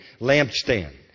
lampstand